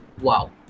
wow